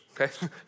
okay